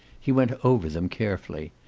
he went over them carefully.